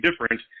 different